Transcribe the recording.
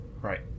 Right